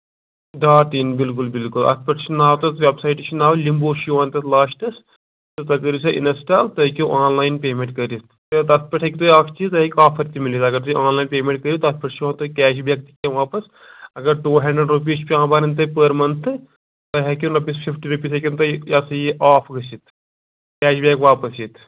dot in بِلکُل بِلکُل اَتھ پٮ۪ٹھ چھُ ناو تَتھ ویٚبسایٹہِ چھِ ناو لِمبوٗ چھُ یِوان تَتھ لاسٹَس تہٕ تُہۍ کٔرِو سۅ اِنَسٹال تُہۍ ہیٚکِو آن لایِن پیمٮ۪نٛٹ کٔرِتھ تہٕ تَتھ پٮ۪ٹھ ہیٚکِو تُہۍ اَکھ چیٖز تُہۍ ہیٚکِو آفر تہِ میٖلِتھ اگر تُہۍ آن لایِن پیمٮ۪نٛٹ کٔرِو تَتھ پٮ۪ٹھ چھُ یِوان تۅہہِ کیش بیک تہِ کیٚنٛہہ واپَس اگر ٹوٗ ہَنٛڈرَنٛڈ رُپیٖز چھِ پٮ۪وان بَرٕنۍ تۄہہِ پٔر منتھٕ تُہۍ ہیٚکِوٕ رۅپیَس فِفٹی رُپیٖز ہیٚکِو تُہۍ یہِ ہَسا یہِ آف گٔژھِتھ کیش بیک واپَس یِتھ